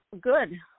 good